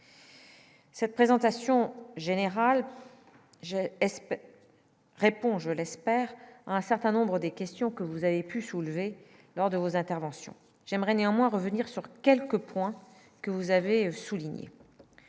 Cette présentation générale j'ai répond : je l'espère un certain nombres des questions que vous avez pu soulever lors de vos interventions j'aimerais néanmoins revenir sur quelques points que vous avez souligné